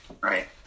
right